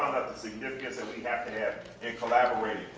out the significance that we have to have in collaborating.